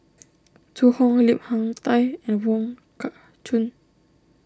Zhu Hong Lim Hak Tai and Wong Kah Chun